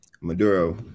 Maduro